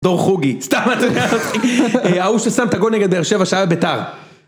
דור חוגי, סתם אתה יודע אחי. ההוא ששם את הגול נגד באר שבע שהיה בביתר.